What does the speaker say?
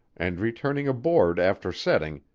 and, returning aboard after setting,